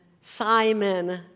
Simon